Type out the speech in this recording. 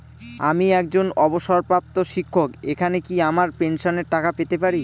আমি একজন অবসরপ্রাপ্ত শিক্ষক এখানে কি আমার পেনশনের টাকা পেতে পারি?